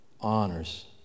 honors